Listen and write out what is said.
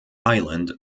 island